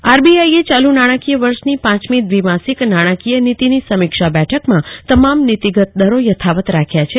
સમીક્ષા બેઠક આરબીઆઈએ ચાલુ નાણાકીય વર્ષની પાંચમી દ્વી માસિક નાણાકીય નીતિની સમીક્ષા બેઠકમાં તમામ નીતિગત દરો યથાવત રાખ્યા છે